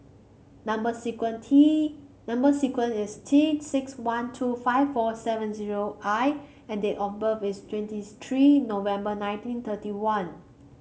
number sequence T number sequence is T six one two five four seven zero I and date of birth is twentieth three November nineteen thirty one